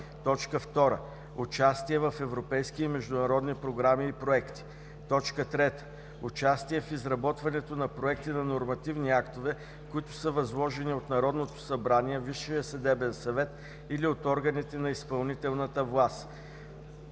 права; 2. участие в европейски и международни програми и проекти; 3. участие в изработването на проекти на нормативни актове, които са възложени от Народното събрание, Висшия съдебен съвет или от органи на изпълнителната власт.“